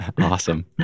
Awesome